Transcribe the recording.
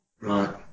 Right